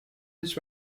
his